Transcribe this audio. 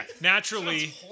naturally